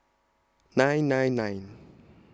nine nine nine